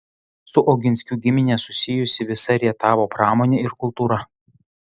su oginskių gimine susijusi visa rietavo pramonė ir kultūra